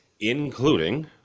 including